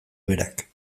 berak